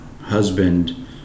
husband